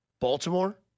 Baltimore